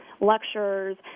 lectures